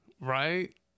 Right